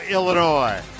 Illinois